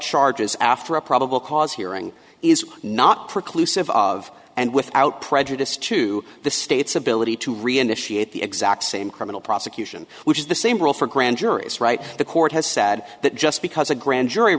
charges after a probable cause hearing is not preclude of and without prejudice to the state's ability to reinitiate the exact same criminal prosecution which is the same rule for grand juries right the court has said that just because a grand jury